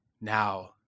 Now